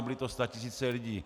Byly to statisíce lidí.